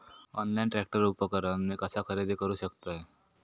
Online tractor उपकरण मी कसा खरेदी करू शकतय?